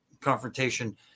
confrontation